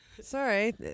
Sorry